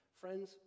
friends